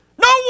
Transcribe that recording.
No